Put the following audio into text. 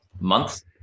months